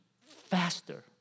faster